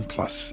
Plus